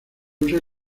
usa